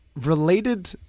related